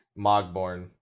Mogborn